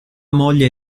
moglie